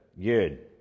Good